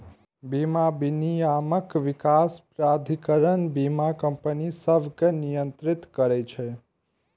बीमा विनियामक विकास प्राधिकरण बीमा कंपनी सभकें नियंत्रित करै छै